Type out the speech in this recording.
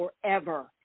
forever